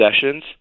sessions